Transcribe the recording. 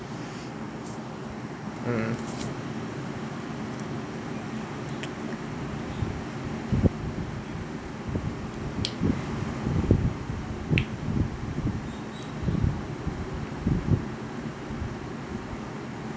mm